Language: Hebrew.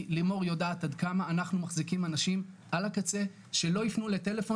לימור יודעת עד כמה אנחנו מחזיקים אנשים על הקצה שלא ייפנו לטלפון